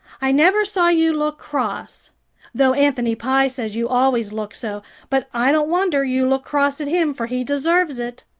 i never saw you look cross though anthony pye says you always look so but i don't wonder you look cross at him for he deserves it.